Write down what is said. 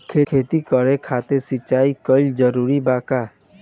खेती करे खातिर सिंचाई कइल जरूरी बा का?